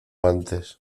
antes